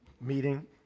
meeting